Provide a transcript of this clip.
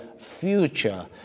future